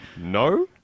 no